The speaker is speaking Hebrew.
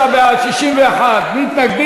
59 בעד, 61 מתנגדים.